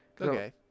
okay